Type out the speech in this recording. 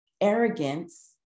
arrogance